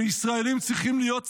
שישראלים צריכים להיות זהירים,